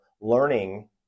learning